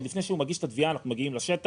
עוד לפני שהוא מגיש את התביעה אנחנו מגיעים לשטח